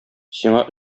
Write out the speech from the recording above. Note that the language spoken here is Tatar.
сиңа